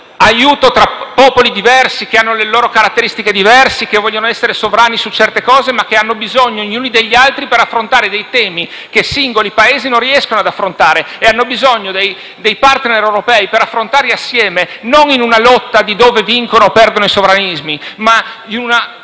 aiuto tra popoli diversi, che hanno caratteristiche diverse, che vogliono essere sovrani su certe cose, ma che hanno bisogno gli uni degli altri per affrontare temi che singoli Paesi non riescono ad affrontare e hanno bisogno dei *partner* europei per affrontarli assieme non in una lotta dove vincono o perdono i sovranismi, ma in una